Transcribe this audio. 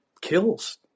kills